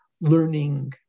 learning